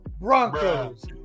Broncos